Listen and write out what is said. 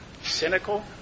cynical